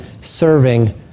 serving